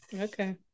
Okay